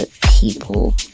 people